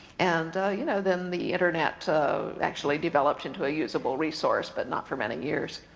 and you know then the internet actually developed into a usable resource, but not for many years.